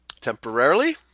temporarily